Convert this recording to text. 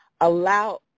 allow